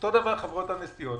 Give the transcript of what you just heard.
אותו דבר חברות הנסיעות.